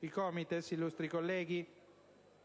I COMITES, illustri colleghi,